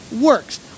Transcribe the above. works